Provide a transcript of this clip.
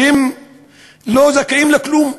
שהם לא זכאים לכלום.